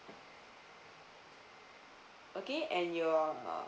okay and your